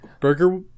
Burger